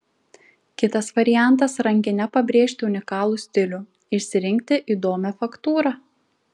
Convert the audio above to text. kitas variantas rankine pabrėžti unikalų stilių išsirinkti įdomią faktūrą